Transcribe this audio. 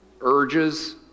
urges